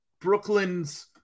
Brooklyn's